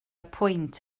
pwynt